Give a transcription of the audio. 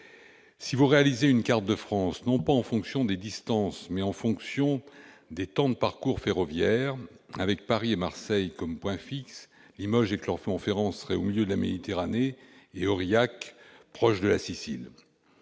Si vous réalisiez une carte de France non pas en fonction des distances, mais en fonction des temps de parcours ferroviaire, en prenant Paris et Marseille comme points fixes, Limoges et Clermont-Ferrand seraient au milieu de la Méditerranée et Aurillac proche de la Sicile